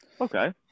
okay